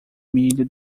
milho